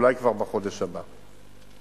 אולי כבר בחודש הבא.